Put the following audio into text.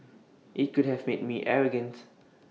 IT could have made me arrogant